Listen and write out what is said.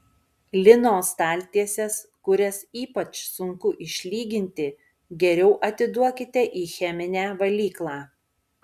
lino staltieses kurias ypač sunku išlyginti geriau atiduokite į cheminę valyklą